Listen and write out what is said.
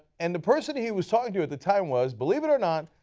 and the person he was talking to at the time was, believe it or not,